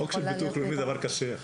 חוק של ביטוח לאומי דבר קשיח.